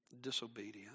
disobedience